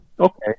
okay